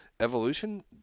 evolution